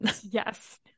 Yes